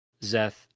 Zeth